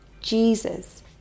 Jesus